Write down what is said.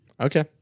Okay